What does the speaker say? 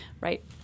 right